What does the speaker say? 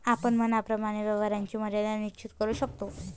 आपण मनाप्रमाणे व्यवहाराची मर्यादा निश्चित करू शकतो